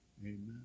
Amen